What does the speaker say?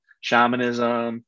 Shamanism